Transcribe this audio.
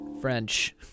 French